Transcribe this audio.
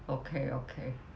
okay okay